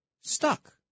Stuck